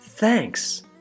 Thanks